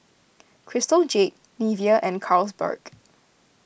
Crystal Jade Nivea and Carlsberg